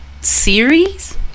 series